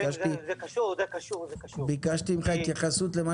ביקשתי --- זה קשור, זה קשור.